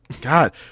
God